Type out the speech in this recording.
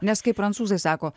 nes kaip prancūzai sako